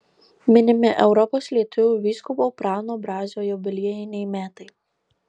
minimi europos lietuvių vyskupo prano brazio jubiliejiniai metai